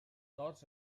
tots